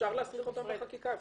אפשר להסמיך אותם בחקיקה.